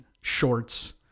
shorts